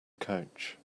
couch